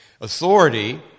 Authority